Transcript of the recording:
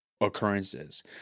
occurrences